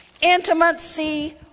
intimacy